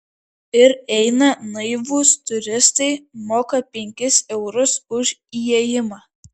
ir eina naivūs turistai moka penkis eurus už įėjimą